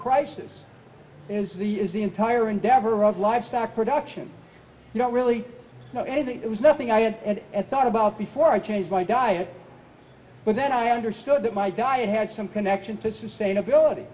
crisis is the is the entire endeavor of livestock production you don't really know anything it was nothing i owned and thought about before i changed my diet but then i understood that my diet had some connection to sustainability